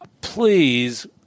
please